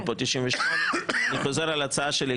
את סעיף 98. אני חוזר על ההצעה שלי,